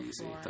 easy